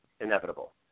inevitable